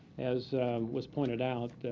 as was pointed out,